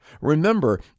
Remember